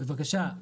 בבקשה,